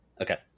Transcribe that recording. Okay